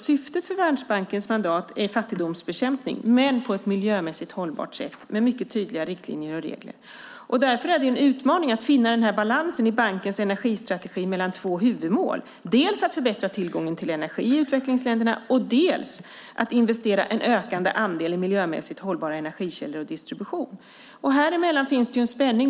Syftet för Världsbankens mandat är fattigdomsbekämpning, och det ska ske på ett miljömässigt hållbart sätt. Det ska finnas mycket tydliga riktlinjer och regler. Därför är det en utmaning att finna den här balansen mellan två huvudmål i bankens energistrategi. Det handlar dels om att förbättra tillgången till energi i utvecklingsländerna, dels om att investera en ökande andel i miljömässigt hållbara energikällor och distribution. Här finns det en spänning.